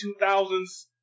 2000s